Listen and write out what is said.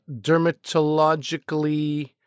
dermatologically